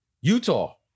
Utah